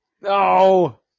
No